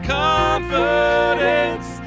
confidence